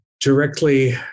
directly